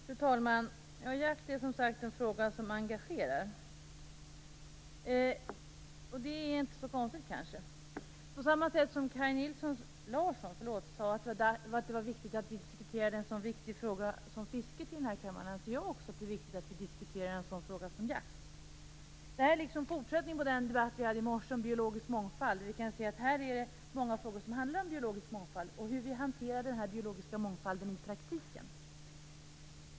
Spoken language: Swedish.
Fru talman! Jakt är en fråga som engagerar, som sagt var. Det är kanske inte så konstigt. På samma sätt som Kaj Larsson sade att det var viktigt att vi diskuterar en så viktig fråga som fiske här i kammaren, anser jag att det också är viktigt att vi diskuterar en sådan fråga som jakt. Det är fortsättningen på den debatt vi hade i morse om biologisk mångfald. Här är det många frågor som handlar om biologisk mångfald och hur vi hanterar den biologiska mångfalden i praktiken.